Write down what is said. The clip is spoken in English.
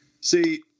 See